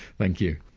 thank you.